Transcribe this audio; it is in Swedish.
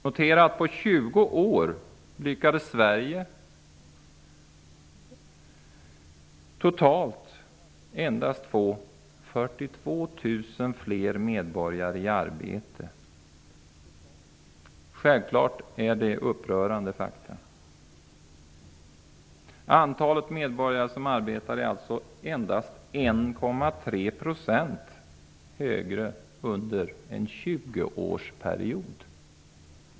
Notera att på 20 år lyckades Sverige totalt endast få 42 000 fler medborgare i arbete! Självfallet är detta upprörande fakta. Antalet medborgare som arbetar har alltså under en tjugoårsperiod blivit endast 1,3 % högre.